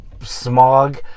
smog